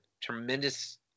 tremendous